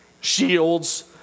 shields